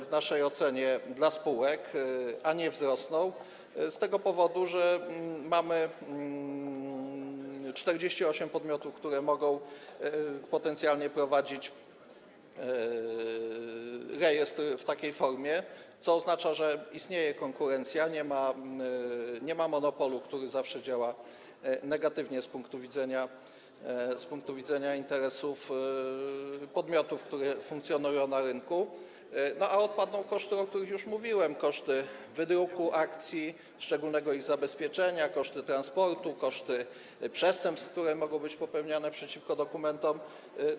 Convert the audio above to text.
W naszej ocenie koszty dla spółek spadną, a nie wzrosną z tego powodu, że mamy 48 podmiotów, które mogą potencjalnie prowadzić rejestr w takiej formie, co oznacza, że istnieje konkurencja, nie ma monopolu, który zawsze działa negatywnie z punktu widzenia interesów podmiotów, które funkcjonują na rynku, a odpadną koszty, o których już mówiłem, koszty wydruku akcji, szczególnego ich zabezpieczenia, koszty transportu, koszty przestępstw, które mogą być popełniane przeciwko dokumentom.